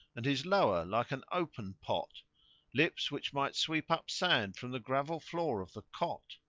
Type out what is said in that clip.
and his lower like an open pot lips which might sweep up sand from the gravel-floor of the cot.